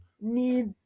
need